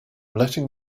letting